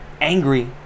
angry